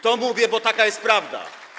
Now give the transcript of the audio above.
To mówię, bo taka jest prawda.